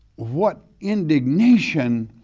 what indignation,